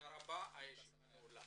הישיבה נעולה.